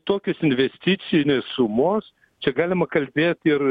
tokios investicinės sumos čia galima kalbėt ir